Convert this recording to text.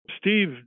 Steve